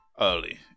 early